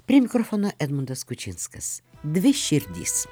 prie mikrofono edmundas kučinskas dvi širdys